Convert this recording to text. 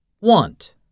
Want